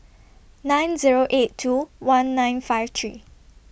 nine Zero eight two one nine five three